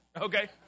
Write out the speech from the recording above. Okay